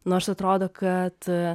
nors atrodo kad